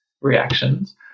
reactions